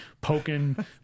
poking